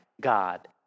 God